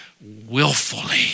willfully